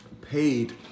paid